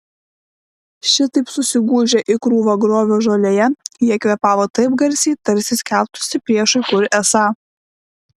šitaip susigūžę į krūvą griovio žolėje jie kvėpavo taip garsiai tarsi skelbtųsi priešui kur esą